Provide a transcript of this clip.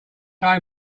stay